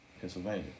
Pennsylvania